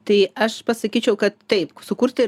tai aš pasakyčiau kad taip sukurti